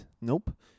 Nope